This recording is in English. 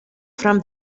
from